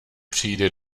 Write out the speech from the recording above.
přijde